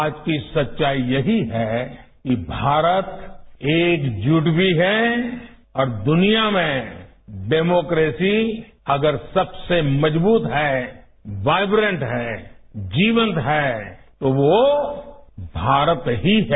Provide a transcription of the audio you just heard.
आज की सच्चाई यही है कि भारत एकजुट भी है और दुनिया में डेमोक्रेसी अगर सबसे मजबूत है वाईब्रेट है जीवंत है वो भारत ही है